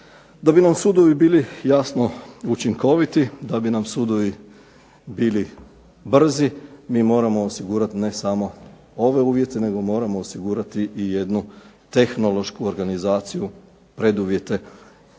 Da bi nam sudovi bili jasno učinkoviti, da bi nam sudovi bili brzi, mi moramo osigurati ne samo ove uvjete, nego moramo osigurati i jednu tehnološku organizaciju preduvjete, a to